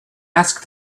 asked